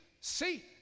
see